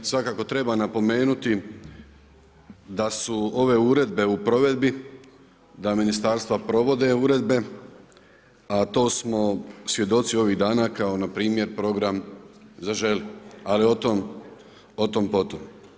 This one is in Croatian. Svakako treba napomenuti da su ove uredbe u provedbi, da ministarstva provode uredbe, a to smo svjedoci ovih dana kao na primjer program „Zaželi“ ali o tom, po tom.